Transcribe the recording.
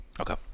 Okay